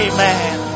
Amen